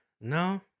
No